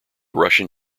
russian